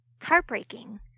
Heartbreaking